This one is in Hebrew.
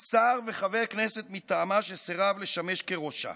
שר וחבר כנסת מטעמה שסירב לשמש כראשה.